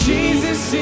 Jesus